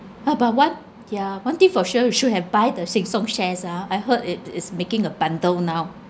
uh but one yeah one thing for sure you should have buy the sheng siong shares ah I heard it is making a bundle now